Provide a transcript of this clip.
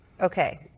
Okay